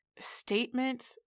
statement